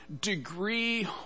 degree